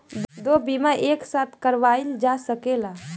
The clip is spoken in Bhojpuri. दो बीमा एक साथ करवाईल जा सकेला?